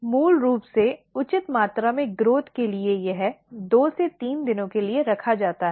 मूल रूप से उचित मात्रा में विकास के लिए यह 2 से 3 दिनों के लिए रखा जाता है